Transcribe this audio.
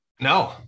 No